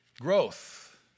Growth